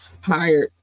hired